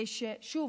שוב,